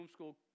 homeschool